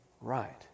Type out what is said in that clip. right